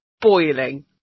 boiling